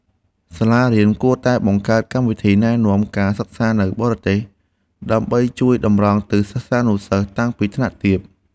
សាលារៀនគួរតែបង្កើតកម្មវិធីណែនាំការសិក្សានៅបរទេសដើម្បីជួយតម្រង់ទិសសិស្សានុសិស្សតាំងពីថ្នាក់ទាប។